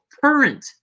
current –